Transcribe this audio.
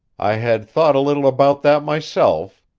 i had thought a little about that myself,